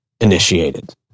initiated